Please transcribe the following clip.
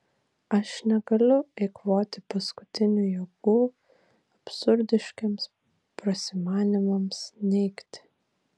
aš negaliu eikvoti paskutinių jėgų absurdiškiems prasimanymams neigti